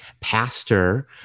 Pastor